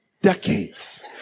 decades